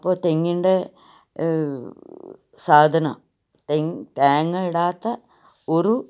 അപ്പോൾ തെങ്ങിൻ്റെ സാധനം തെങ്ങ് തേങ്ങ ഇടാത്ത ഒരു